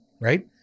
right